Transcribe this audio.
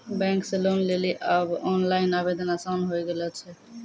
bank से loan लेली आब ओनलाइन आवेदन आसान होय गेलो छै